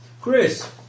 Chris